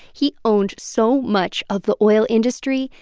he owned so much of the oil industry,